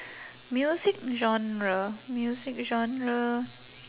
music genre music genre